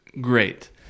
great